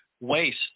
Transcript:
waste